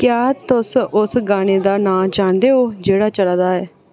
क्या तुस उस गाने दा नांऽ जानदे ओ जेह्ड़ा चलै दा ऐ